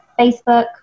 Facebook